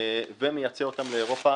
ומייצא אותם לאירופה